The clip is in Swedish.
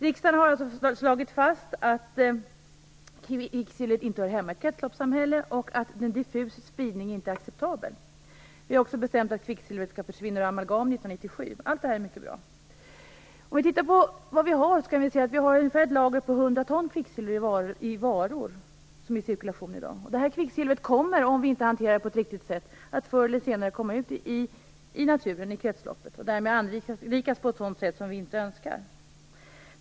Riksdagen har slagit fast att kvicksilvret inte hör hemma i ett kretsloppssamhälle och att en diffus spridning inte är acceptabel. Vi har också bestämt att kvicksilvret skall försvinna ur amalgamet 1997. Allt det här är mycket bra. Om vi tittar på vad vi har, kan vi se att vi har ett lager på ungefär 100 ton kvicksilver i varor som är i cirkulation i dag. Detta kvicksilver kommer, om vi inte hanterar det på ett riktigt sätt, förr eller senare att komma ut i naturen, i kretsloppet. Därmed kommer det att anrikas på ett sätt som vi inte önskar.